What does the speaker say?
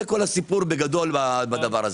זה כל הסיפור בגדול בדבר הזה.